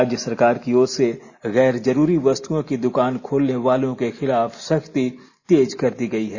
राज्य सरकार की ओर से गैर जरूरी वस्तुओं की दुकान खोलने वालों के खिलाफ सख्ती तेज कर दी गयी है